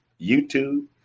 YouTube